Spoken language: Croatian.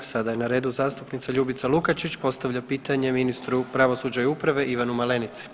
Sada je na redu zastupnica Ljubica Lukačić postavlja pitanje ministru pravosuđa i uprave Ivanu Malenici.